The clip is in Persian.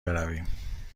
برویم